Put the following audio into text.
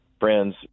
friends